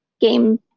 game